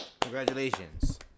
congratulations